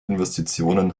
investitionen